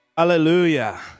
Hallelujah